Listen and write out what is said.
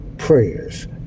Prayers